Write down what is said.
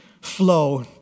flow